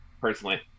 personally